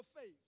faith